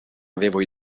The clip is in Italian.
avevo